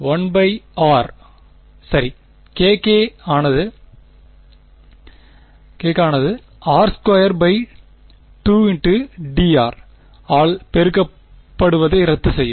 1 r k k ஆனது r22 dr ஆல் பெருக்கப்படுவதை ரத்து செய்யும்